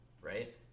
right